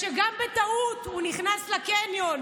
גם כשבטעות הוא נכנס לקניון,